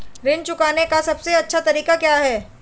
ऋण चुकाने का सबसे अच्छा तरीका क्या है?